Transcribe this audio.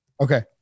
Okay